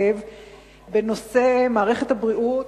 בנושא מערכת הבריאות,